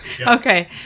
Okay